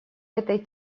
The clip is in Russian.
этой